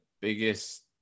biggest